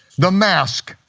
the mask,